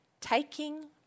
taking